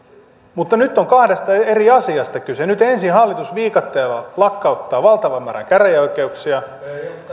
mutta nyt on kahdesta eri asiasta kyse nyt ensin hallitus viikatteella lakkauttaa valtavan määrän käräjäoikeuksia